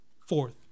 fourth